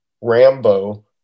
Rambo